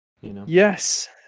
Yes